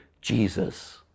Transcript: Jesus